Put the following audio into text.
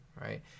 right